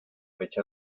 fecha